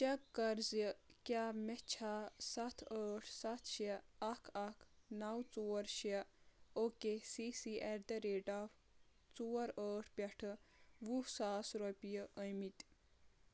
check کَر زِ کیٛاہ مےٚ چھا ستھ ٲٹھ ستھ شیٚے اکھ اکھ نو ژور شیٚے okay C C at the rate of ژور ٲٹھ پٮ۪ٹھ وُہ ساس رۄپیہِ ٲمٕتۍ